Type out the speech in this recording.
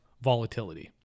volatility